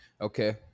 okay